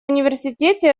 университете